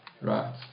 Right